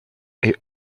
est